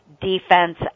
defense